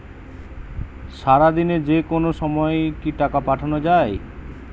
সারাদিনে যেকোনো সময় কি টাকা পাঠানো য়ায়?